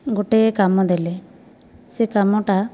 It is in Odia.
ଗୋଟିଏ କାମ ଦେଲେ ସେ କାମଟା